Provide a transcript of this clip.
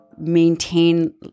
maintain